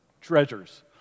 treasures